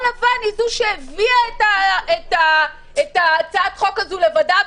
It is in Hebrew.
לבן היא זו שהביאה את הצעת החוק לוועדה.